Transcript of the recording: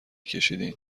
کشیدین